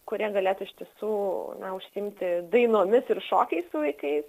kurie galėtų iš tiesų na užsiimti dainomis ir šokiais su vaikais